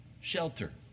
shelter